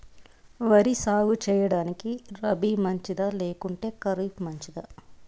వరి సాగు సేయడానికి రబి మంచిదా లేకుంటే ఖరీఫ్ మంచిదా